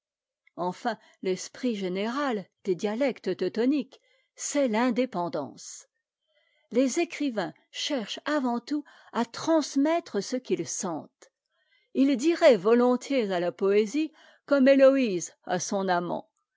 enfin l'esprit général des dialectes teutoniques c'est l'indépendance les écrivains cherchent avant tout à transmettre ce qu'ils sentent ils diraient volontiers à la poésie comme hétoïse à son amant